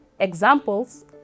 Examples